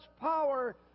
power